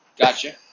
Gotcha